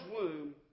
womb